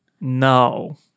No